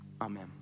amen